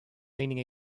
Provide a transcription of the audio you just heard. leaning